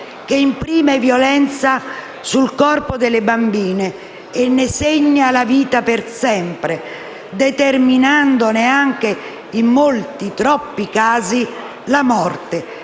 che imprime violenza sul corpo delle bambine e ne segna la vita per sempre, determinandone anche in molti, troppi casi, la morte.